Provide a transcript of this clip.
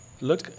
look